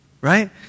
right